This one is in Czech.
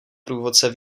průvodce